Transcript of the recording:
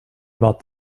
about